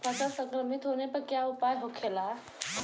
फसल संक्रमित होने पर क्या उपाय होखेला?